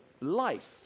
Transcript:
life